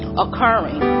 occurring